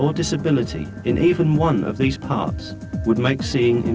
or disability in even one of these pops would make seeing